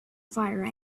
fire